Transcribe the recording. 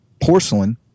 porcelain